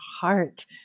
heart